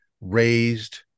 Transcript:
raised